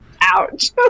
ouch